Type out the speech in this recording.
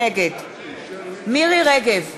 נגד מירי רגב,